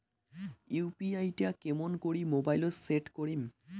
UPI টা কেমন করি মোবাইলত সেট করিম?